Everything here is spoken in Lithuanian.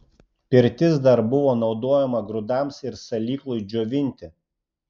pirtis dar buvo naudojama grūdams ir salyklui džiovinti